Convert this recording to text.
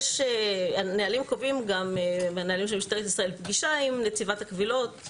הנהלים של משטרת ישראל קובעים גם פגישה עם נציגת הקבילות,